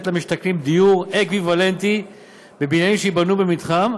למשתכנים דיור אקוויוולנטי בבניינים שייבנו במתחם.